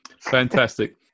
fantastic